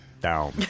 Down